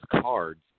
cards